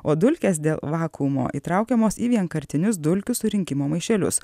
o dulkės dėl vakuumo įtraukiamos į vienkartinius dulkių surinkimo maišelius